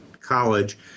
college